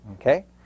Okay